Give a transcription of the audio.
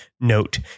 note